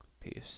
Peace